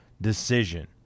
decision